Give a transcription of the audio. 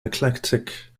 eclectic